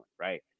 right